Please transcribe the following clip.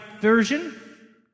version